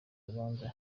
rubanza